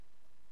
מאוד.